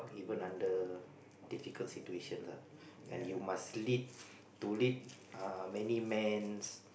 even under difficult situations ah and you must lead to lead many mans